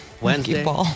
Wednesday